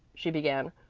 she began.